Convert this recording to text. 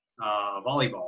volleyball